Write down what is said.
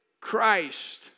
Christ